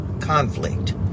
conflict